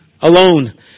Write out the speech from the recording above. alone